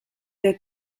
est